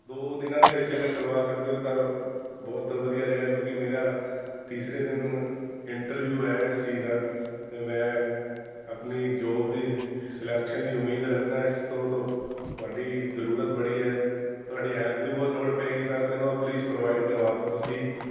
ਦੋ ਦਿਨਾਂ ਦੇ ਵਿੱਚ ਅਗਰ ਕਰਵਾ ਸਕਦੇ ਹੋ ਤਾਂ ਬਹੁਤ ਵਧੀਆ ਰਹੇਗਾ ਕਿਉਂਕਿ ਮੇਰਾ ਤੀਸਰੇ ਦਿਨ ਇੰਟਰਵਿਊ ਹੈ ਇਸ ਚੀਜ਼ ਦਾ ਅਤੇ ਮੈਂ ਆਪਣੀ ਜੋਬ ਦੀ ਸਲੈਕਸ਼ਨ ਦੀ ਉਮੀਦ ਰੱਖਣਾ ਇਸ ਤੋਂ ਤੋਂ ਤੁਹਾਡੀ ਜ਼ਰੂਰਤ ਬੜੀ ਹੈ ਤੁਹਾਡੀ ਹੈਲਪ ਦੀ ਬਹੁਤ ਲੋੜ ਪਵੇਗੀ ਸਰ ਮੈਨੂੰ ਪਲੀਜ਼ ਆ ਪ੍ਰੋਵਾਈਡ ਕਰਵਾ ਦਿਓ ਤੁਸੀਂ